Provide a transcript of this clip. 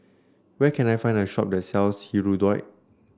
where can I find a shop that sells Hirudoid